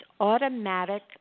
automatic